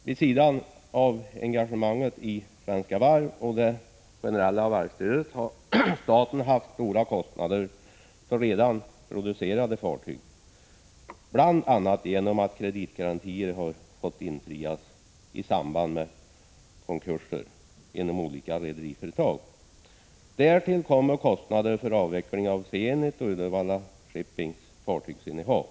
Vid sidan av engagemanget i Svenska Varv och det generella varvsstödet har staten haft stora kostnader för redan producerade fartyg, bl.a. genom att kreditgarantier har fått infrias i samband med konkurser inom olika rederiföretag. Därtill kommer kostnader för avveckling av Zenits och Uddevalla Shippings fartygsinnehav.